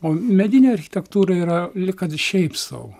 o medinė architektūra yra lyg kad šiaip sau